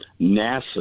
NASA